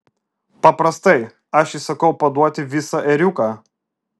paprastai aš įsakau paduoti visą ėriuką